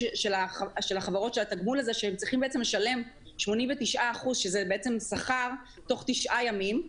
החברות האלה צריכות לשלם 89% שזה בעצם שכר תוך תשעה ימים,